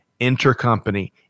Intercompany